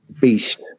beast